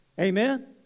Amen